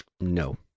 No